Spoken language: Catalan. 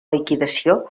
liquidació